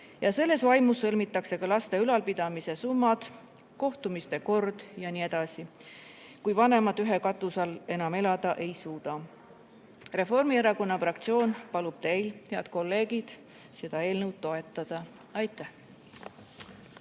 Ja selles vaimus lepitakse kokku ka laste ülalpidamise summad, kohtumiste kord jne, kui vanemad ühe katuse all enam elada ei suuda. Reformierakonna fraktsioon palub teil, head kolleegid, seda eelnõu toetada. Aitäh!